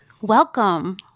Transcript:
Welcome